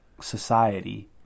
society